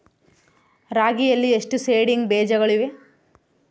ರಾಗಿಯಲ್ಲಿ ಎಷ್ಟು ಸೇಡಿಂಗ್ ಬೇಜಗಳಿವೆ?